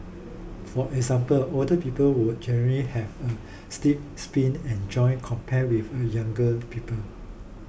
for example older people would generally have a stiff spine and joints compared for younger people